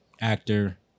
actor